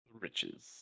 Riches